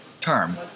term